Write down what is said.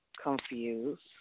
Confused